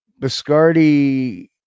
Biscardi